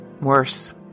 Worse